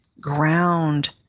ground